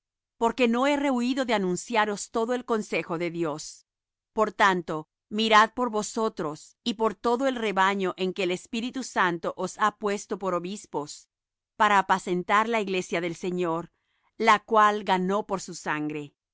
porque no he rehuído de anunciaros todo el consejo de dios por tanto mirad por vosotros y por todo el rebaño en que el espíritu santo os ha puesto por obispos para apacentar la iglesia del señor la cual ganó por su sangre